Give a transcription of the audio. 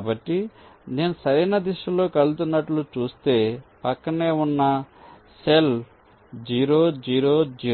కాబట్టి నేను సరైన దిశలో కదులుతున్నట్లు చూస్తే ప్రక్కనే ఉన్న సెల్ 0 0 0